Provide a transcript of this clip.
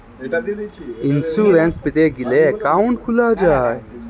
insurance পেতে গ্যালে account খুলা যায়